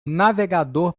navegador